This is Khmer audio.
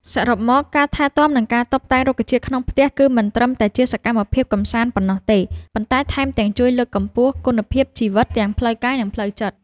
សរុបមក ការថែទាំ និងការតុបតែងរុក្ខជាតិក្នុងផ្ទះគឺមិនត្រឹមតែជាសកម្មភាពកម្សាន្តប៉ុណ្ណោះទេ ប៉ុន្តែថែមទាំងជួយលើកកម្ពស់គុណភាពជីវិតទាំងផ្លូវកាយ និងផ្លូវចិត្ត។